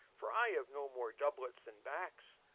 for i have no more doublets than backs,